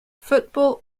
football